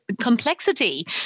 complexity